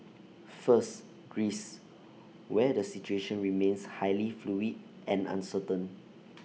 first Greece where the situation remains highly fluid and uncertain